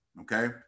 okay